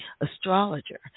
astrologer